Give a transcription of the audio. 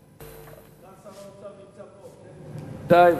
סגן שר האוצר נמצא פה, כן?